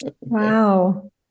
Wow